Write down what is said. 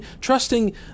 trusting